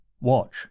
watch